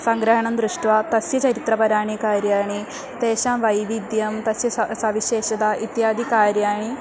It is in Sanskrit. सङ्ग्रहणं दृष्ट्वा तस्य चरित्रपराणि कार्याणि तेषां वैविध्यं तस्य सा सविशेषता इत्यादिकार्याणि